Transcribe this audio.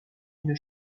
une